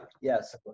Yes